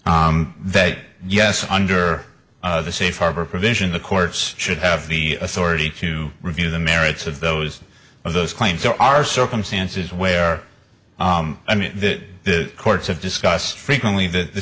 that yes under the safe harbor provision the courts should have the authority to review the merits of those of those claims there are circumstances where i mean that the courts have discussed frequently the